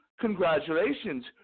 congratulations